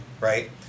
right